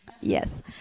Yes